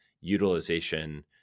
utilization